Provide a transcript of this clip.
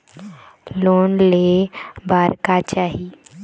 Loan ले बार का चाही?